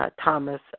Thomas